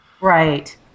right